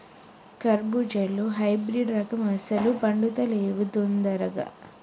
కర్బుజాలో హైబ్రిడ్ రకం అస్సలు పండుతలేవు దొందరగా